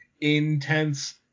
intense